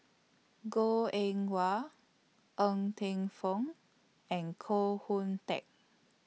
Goh Eng Wah Ng Teng Fong and Koh Hoon Teck